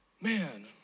Man